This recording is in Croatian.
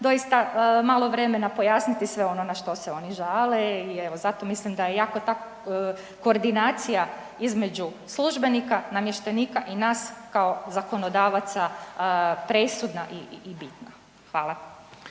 doista malo vremena pojasniti sve ono na što se oni žale i evo zato mislim da je jako, ta koordinacija između službenika, namještenika i nas kao zakonodavaca presudna i bitna. Hvala.